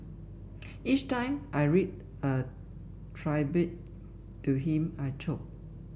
each time I read a tribute to him I choke